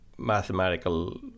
Mathematical